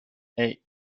hey